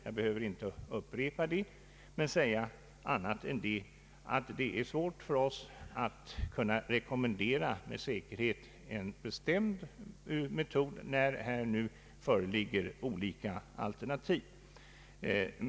Jag behöver inte upprepa dem och inte säga annat än att det är svårt för oss att med säkerhet rekommendera en bestämd metod när det nu föreligger olika alternativ.